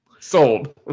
Sold